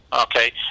okay